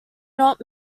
not